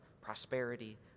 prosperity